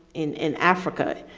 in in africa,